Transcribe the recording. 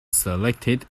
selected